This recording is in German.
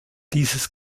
dieses